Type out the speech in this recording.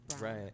right